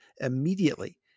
immediately